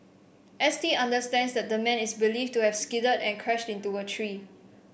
S T understands that the man is believed to have skidded and crashed into a tree